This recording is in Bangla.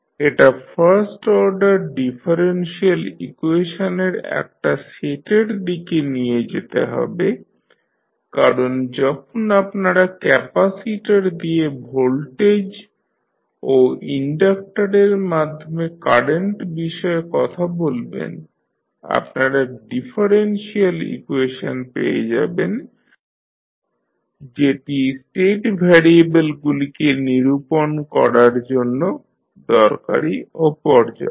এটা ফার্স্ট অর্ডার ডিফারেনশিয়াল ইকুয়েশনের একটা সেটের দিকে নিয়ে যেতে হবে কারণ যখন আপনারা ক্যাপাসিটর দিয়ে ভোল্টেজ ও ইনডাকটরের মাধ্যমে কারেন্ট বিষয়ে কথা বলবেন আপনারা ডিফারেনশিয়াল ইকুয়েশন পেয়ে যাবেন যেটি স্টেট ভ্যারিয়েবলগুলিকে নিরূপণ করার জন্য দরকারী ও পর্যাপ্ত